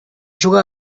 juga